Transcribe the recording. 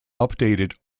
updated